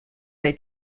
they